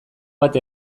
bat